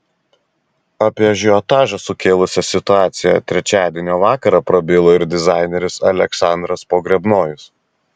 apie ažiotažą sukėlusią situaciją trečiadienio vakarą prabilo ir dizaineris aleksandras pogrebnojus